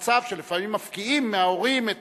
נוצר מצב שלפעמים מפקיעים מההורים את